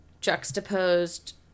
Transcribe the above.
juxtaposed